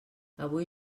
avui